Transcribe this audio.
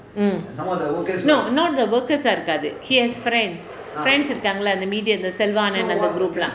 mm no not the workers ah இருக்காது:irukkaathu he has friends friends இருக்காங்க இல்ல அந்த:irukaanga illa antha media அந்த:antha selva anand அந்த:antha group lah